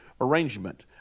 arrangement